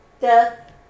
death